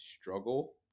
struggle